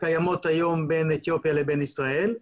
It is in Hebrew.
הקיימות היום בין אתיופיה לבין ישראל.